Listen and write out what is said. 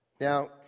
Now